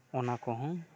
ᱚᱱᱟ ᱠᱚᱦᱚᱸ